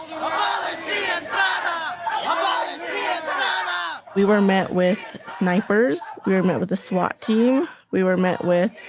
um we were met with snipers. we were met with a swat team. we were met with